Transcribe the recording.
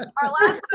but our last